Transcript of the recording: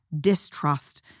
distrust